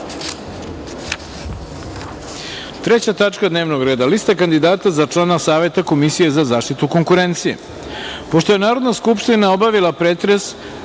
radu. Treća tačka dnevnog reda – Lista kandidata za člana Saveta Komisije za zaštitu konkurencije. Pošto